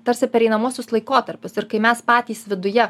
tarsi pereinamuosius laikotarpius ir kai mes patys viduje